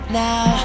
now